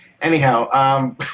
Anyhow